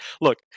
Look